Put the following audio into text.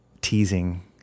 teasing